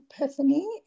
epiphany